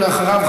ואחריו,